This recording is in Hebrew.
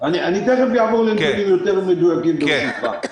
אעבור לנתונים יותר מדויקים, ברשותך.